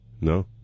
No